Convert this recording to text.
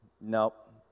Nope